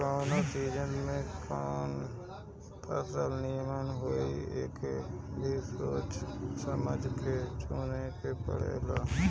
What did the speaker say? कवना सीजन में कवन फसल निमन होई एके भी सोच समझ के चुने के पड़ेला